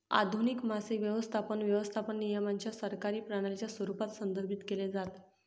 आधुनिक मासे व्यवस्थापन, व्यवस्थापन नियमांच्या सरकारी प्रणालीच्या स्वरूपात संदर्भित केलं जातं